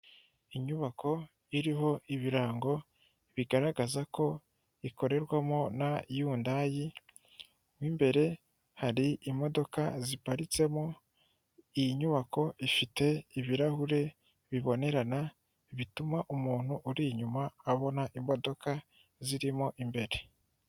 Inyubako iriho ibirango bigaragaza ko ikorerwamo na yundayi, mu imbere hari imodoka ziparitsemo. Iyi nyubako ifite ibirahure bibonerana bituma umuntu uri inyuma abona imodoka zirimo imbere.